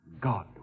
God